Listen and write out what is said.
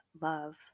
love